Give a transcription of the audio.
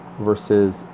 versus